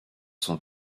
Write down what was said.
sont